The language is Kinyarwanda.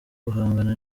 guhangana